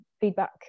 feedback